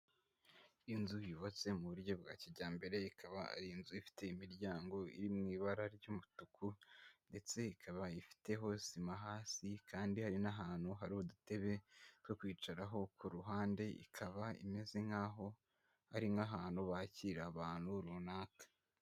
Inzu yubatse mu buryo bwa kijyambere, ikaba ari inzu ifite imiryango iri mu ibara ry'umutuku. Ndetse ikaba ifiteho sima hasi kandi hari n'ahantu hari udutebe, twokwicaraho. Ku ruhande ikaba imeze nkaho hari nk'ahantu bakirira abantu runaka.